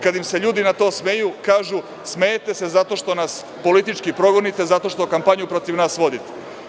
Kada im se ljudi na to smeju, kažu – smejete se zato što nas politički progonite, zato što kampanju protiv nas vodite.